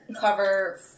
cover